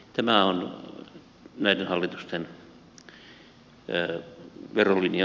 tämä on näiden hallitusten verolinja selkeästi